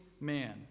man